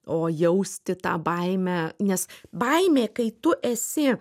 o jausti tą baimę nes baimė kai tu esi